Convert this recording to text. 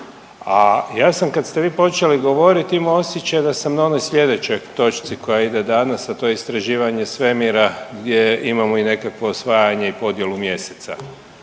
A ja sam kad ste vi počeli govoriti imao osjećaj da sam na ovoj slijedećoj točki koja ide danas, a to je istraživanje svemira gdje imamo i nekako osvajanje i podjelu Mjeseca,